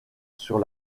sur